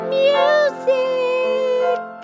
music